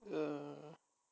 oh